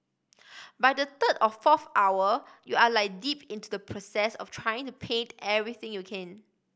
by the third or fourth hour you are like deep into the process of trying to paint everything you can